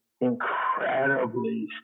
incredibly